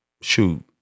Shoot